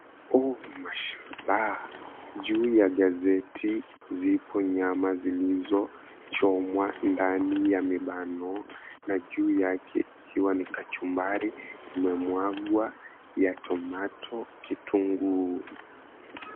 Ooh mashallah! Juu ya gazeti zipo nyama zilizochomwa ndani ya mibano na juu yake ikiwa ni kachumbari imemwagwa ya tomato , kitunguu.